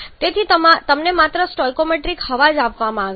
તેથી તમને માત્ર સ્ટોઇકિયોમેટ્રિક હવા જ આપવામાં આવી છે